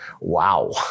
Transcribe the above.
Wow